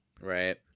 Right